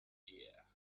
ear